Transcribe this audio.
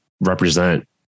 represent